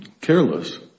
careless